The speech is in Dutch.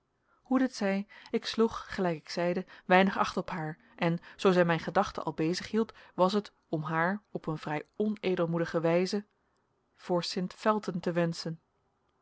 hoe dit zij ik sloeg gelijk ik zeide weinig acht op haar en zoo zij mijn gedachten al bezighield was het om haar op een vrij onedelmoedige wijze voor sint felten te wenschen